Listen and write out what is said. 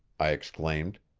i exclaimed.